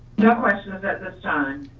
no questions at this time.